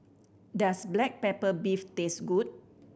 does black pepper beef taste good